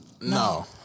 No